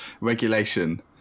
regulation